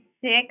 six